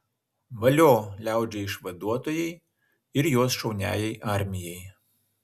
valio liaudžiai išvaduotojai ir jos šauniajai armijai